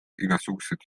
igasugused